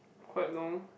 quite long